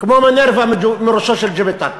כמו מינרווה מראשו של יופיטר.